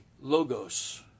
logos